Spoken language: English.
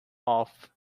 off